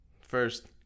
first